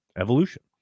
evolution